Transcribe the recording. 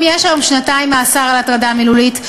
יש היום שנתיים מאסר על הטרדה מילולית,